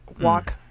Walk